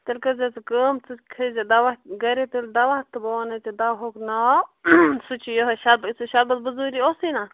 تیٚلہِ کٔرۍزِ ژٕ کٲم ژٕ کھٮیٚے زِ دَوا گَرے تیٚلہِ دَوا تہٕ بہٕ وَنَے ژےٚ دوہُک ناو سُہ چھُ یِہَے شَربَت بِزوری اوسُے نا